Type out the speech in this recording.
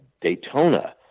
Daytona